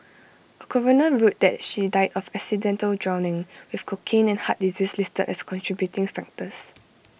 A coroner ruled that she died of accidental drowning with cocaine and heart disease listed as contributing factors